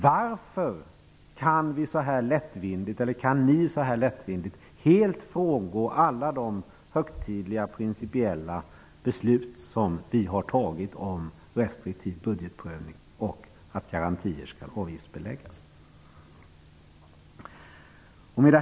Varför kan ni så här lättvindigt helt frångå alla de högtidliga principiella beslut som vi har fattat om restriktiv budgetprövning och om att garantier skall avgiftbeläggas?